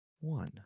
one